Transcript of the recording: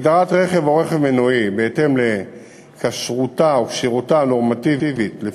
הגדרת "רכב מנועי" בהתאם לכשרותה הנורמטיבית של